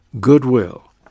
goodwill